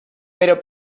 però